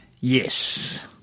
Yes